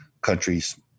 countries